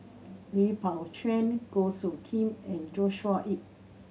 Lui Pao Chuen Goh Soo Khim and Joshua Ip